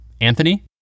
Anthony